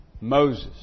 Moses